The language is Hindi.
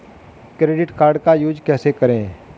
क्रेडिट कार्ड का यूज कैसे करें?